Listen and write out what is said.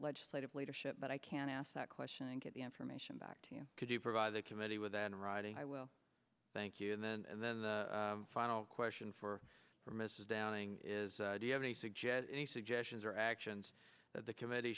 legislative leadership but i can ask that question and get the information back to you could you provide the committee with an riding i will thank you and then then the final question for for mrs downing is do you have any suggest any suggestions or actions that the committee